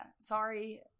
Sorry